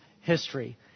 history